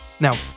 Now